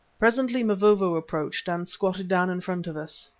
presently mavovo approached and squatted down in front of us.